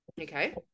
Okay